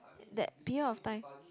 that period of time